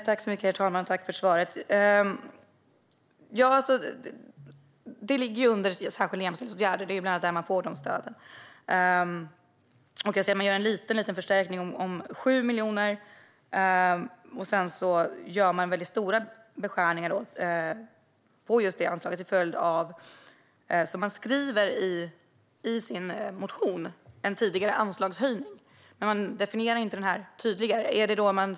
Herr talman! Det ligger under anslaget Särskilda jämställdhetsåtgärder ; det är ju bland annat där man får de stöden. Jag ser att man gör en liten förstärkning om 7 miljoner, och sedan gör man stora nedskärningar på just det anslaget till följd av, som man skriver i sin motion, en tidigare anslagshöjning. Man definierar det inte tydligare.